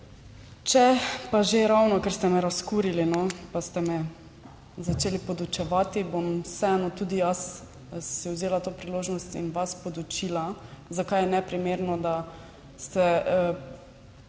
Če pa že ravno, ker ste me razkurili, no, pa ste me začeli podučevati, bom vseeno tudi jaz si vzela to priložnost in vas podučila, zakaj je neprimerno, da ste primerjali